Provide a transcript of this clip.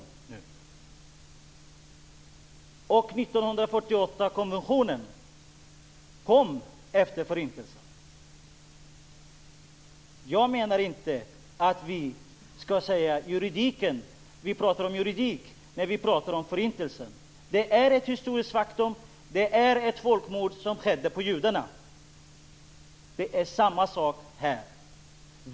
1948 års konvention kom efter Förintelsen. Jag menar inte att vi ska prata om juridik när vi tar upp Förintelsen. Det är ett historiskt faktum att det skedde ett folkmord på judarna. Det är samma sak här.